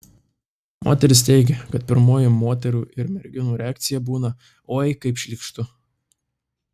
moteris teigia kad pirmoji moterų ir merginų reakcija būna oi kaip šlykštu